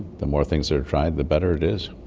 the more things that are tried, the better it is.